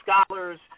scholars